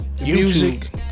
Music